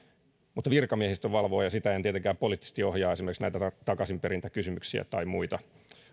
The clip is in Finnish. mutta virkamiehistö valvoo ja en tietenkään poliittisesti ohjaa esimerkiksi takaisinperintäkysymyksiä tai muita